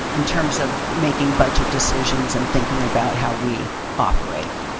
in terms of making budget decisions and thinking about how we operate.